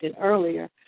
earlier